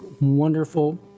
wonderful